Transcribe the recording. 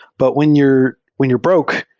but when you're when you're broke,